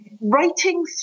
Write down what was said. Writing